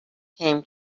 came